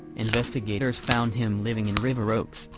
investigators found him living in river oaks,